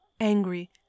Angry